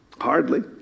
Hardly